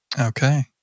Okay